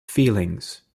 feelings